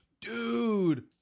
dude